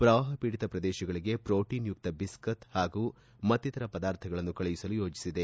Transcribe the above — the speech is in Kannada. ಪ್ರವಾಹ ಪೀಡಿತ ಪ್ರದೇಶಗಳಿಗೆ ಪ್ರೋಟನ್ಯುಕ್ತ ಬಿಸ್ಕತ್ ಹಾಗೂ ಮತ್ತಿತರ ಪದಾರ್ಥಗಳನ್ನು ಕಳುಹಿಸಲು ಯೋಜಿಸಿದೆ